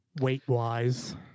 weight-wise